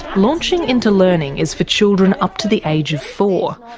launching into learning is for children up to the age of four.